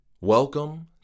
welcome